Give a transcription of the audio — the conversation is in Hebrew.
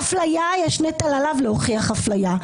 באפליה יש נטל עליו להוכיח אפליה.